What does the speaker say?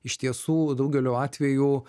iš tiesų daugeliu atvejų